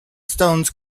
stones